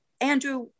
andrew